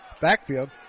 backfield